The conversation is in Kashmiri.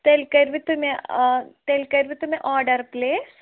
تیٚلہِ کٔرۍوٕ تُہۍ مےٚ آ تیٚلہِ کٔرۍوٕ تُہۍ مےٚ آرڈر پُلیس